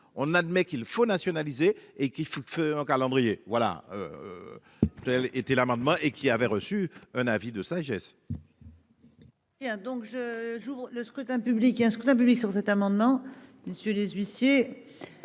On admet qu'il faut nationaliser et qui fut le feu un calendrier. Voilà. Elle était l'amendement et qui avait reçu un avis de sagesse. Il y a donc je j'ouvre le scrutin public un scrutin public sur cet amendement, messieurs les huissiers.